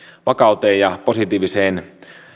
vakauteen ja positiiviseen